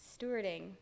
stewarding